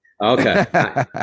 okay